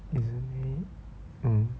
isn't it mm